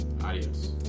Adios